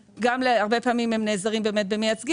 הרבה פעמים הם באמת נעזרים במייצגים,